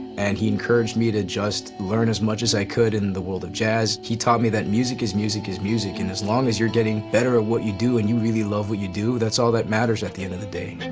and he encouraged me to just learn as much as i could in the world of jazz. he taught me that music is music is music, and as long as you're getting better at ah what you do and you really love what you do, that's all that matters at the end of the day.